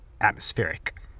atmospheric